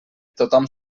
tothom